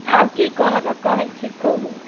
आब कि कहऽ कहै छी कहू